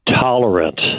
tolerant